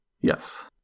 Yes